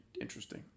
interesting